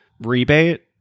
rebate